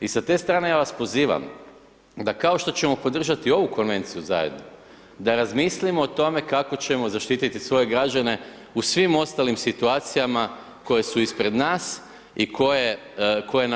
I sa te strane ja vas pozivam da kao što ćemo podržati ovu konvenciju zajedno, da razmislimo o tome kako ćemo zaštititi svoje građane u svim ostalim situacijama koje su ispred nas i koje, koje